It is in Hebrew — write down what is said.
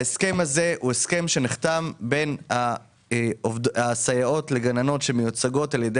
ההסכם הזה הוא הסכם שנחתם בין הסייעות והגננות שמיוצגות על ידי